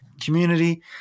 community